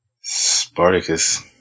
Spartacus